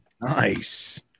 Nice